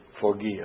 forgive